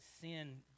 sin